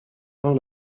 par